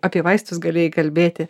apie vaistus galėjai kalbėti